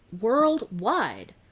worldwide